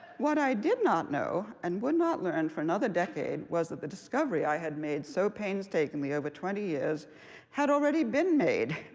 what i did not know and would not learn for another decade was that the discovery i had made so painstakingly over twenty years had already been made.